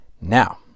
Now